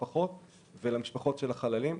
ולמשפחות של החללים.